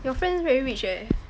your friends very rich eh